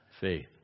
faith